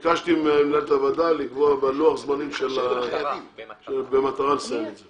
ביקשתי ממנהלת הוועדה לקבוע בלוח זמנים במטרה לסיים את זה.